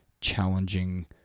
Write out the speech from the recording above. challenging